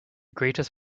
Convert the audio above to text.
greatest